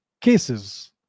cases